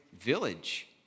village